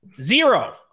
zero